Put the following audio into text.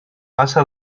passa